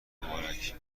مبارک